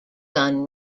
gun